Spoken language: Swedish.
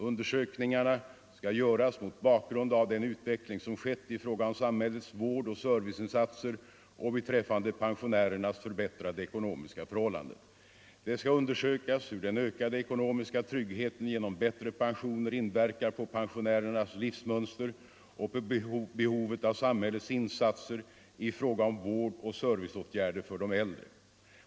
Undersökningarna skall göras mot bakgrund av den utveckling som skett i fråga om samhällets vård och serviceinsatser och beträffande pensionärernas förbättrade ekonomiska förhållanden. Det skall undersökas hur den ökade ekonomiska tryggheten genom bättre pensioner inverkar på pensionärernas livsmönster och på behovet av samhällets insatser i fråga om vård och serviceåtgärder för de äldre.